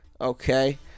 Okay